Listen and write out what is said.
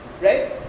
right